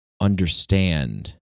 understand